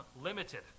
limited